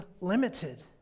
limited